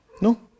No